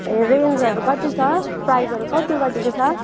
ए रेन्जहरू कति छ साइजहरू कति कतिको छ